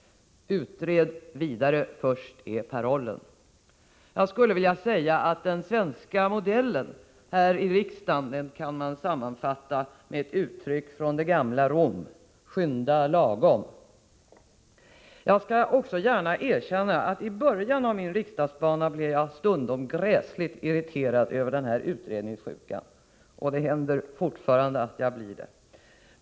Utred vidare först! är parollen. Den svenska modellen här i riksdagen kan sammanfattas i ett uttryck från det gamla Rom: Skynda lagom! Jag skall också gärna erkänna att jag i början av min riksdagsbana stundom blev gräsligt irriterad över denna utredningssjuka, och det händer fortfarande att jag blir det.